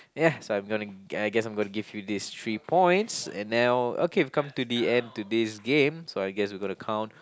yeah so I'm gonna I guess I'm gonna give you this three points and now okay we've come to the end today's game so I guess we gonna count